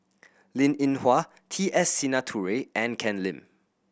Linn In Hua T S Sinnathuray and Ken Lim